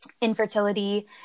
infertility